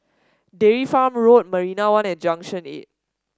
Dairy Farm Road Marina One and Junction Eight